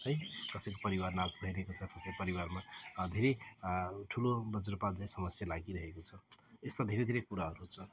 है कसैको परिवार नास भइरहेको छ कसैको परिवारमा धेरै ठुलो बज्रपातझैँ समस्या लागिरहेको छ यस्ता धेरै धेरै कुराहरू छन्